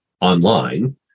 online